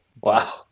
wow